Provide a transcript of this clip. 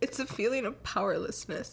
it's a feeling of powerlessness